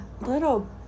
Little